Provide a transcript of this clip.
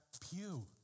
pew